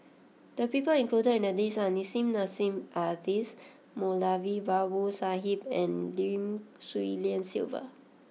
the people included in the list are Nissim Nassim Adis Moulavi Babu Sahib and Lim Swee Lian Sylvia